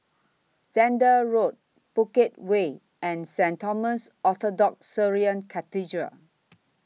Zehnder Road Bukit Way and Saint Thomas Orthodox Syrian Cathedral